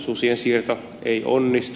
susien siirto ei onnistu